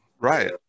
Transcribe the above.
Right